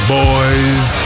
boys